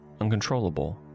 Uncontrollable